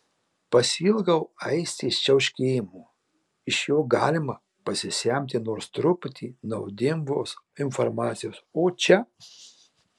pasiilgau aistės čiauškėjimo iš jo galima pasisemti nors truputį naudingos informacijos o čia